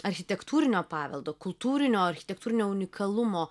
architektūrinio paveldo kultūrinio architektūrinio unikalumo